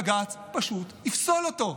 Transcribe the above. בג"ץ פשוט יפסול אותו.